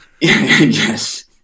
Yes